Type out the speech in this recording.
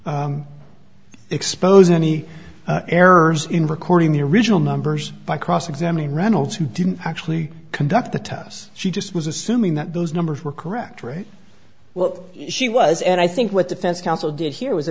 expose any errors in recording the original numbers by cross examining reynolds who didn't actually conduct the tests she just was assuming that those numbers were correct right well she was and i think what defense counsel did here was a